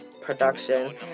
production